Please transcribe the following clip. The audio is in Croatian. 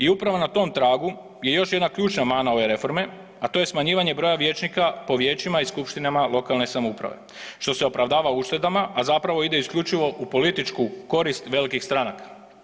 I upravo na tom tragu je još jedna ključna mana ove reforme, a to je smanjivanje broja vijećnika po vijećima i skupštinama lokalne samouprave što se opravdava uštedama, a zapravo ide isključivo u političku korist velikih stranaka.